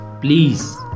please